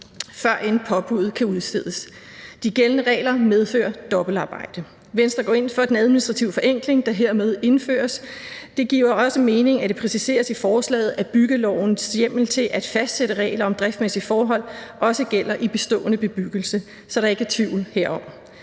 førend påbuddet kan udstedes. De gældende regler medfører dobbeltarbejde. Venstre går ind for den administrative forenkling, der hermed indføres. Det giver også mening, at det præciseres i forslaget, at byggelovens hjemmel til at fastsætte regler om driftsmæssige forhold også gælder i bestående bebyggelse, så der ikke er tvivl herom.